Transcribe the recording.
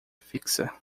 fixa